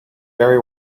very